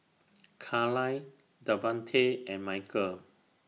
Carlyle Davante and Michael